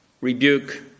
rebuke